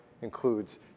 includes